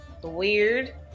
Weird